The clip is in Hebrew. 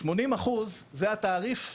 80% זה התעריף,